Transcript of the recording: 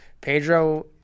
Pedro